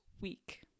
week